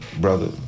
brother